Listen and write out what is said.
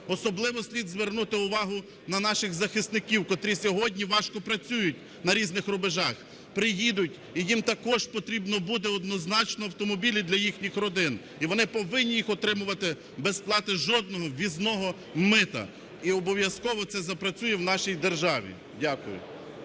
Особливо слід звернути увагу на наших захисників, котрі сьогодні важко працюють на різних рубежах. Приїдуть - і їм також потрібно буде однозначно автомобілі для їхніх родин. І вони повинні їх отримувати без сплати жодного ввізного мита. І обов'язково це запрацює в нашій державі. Дякую.